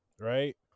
Right